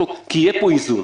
כי יהיה פה איזון,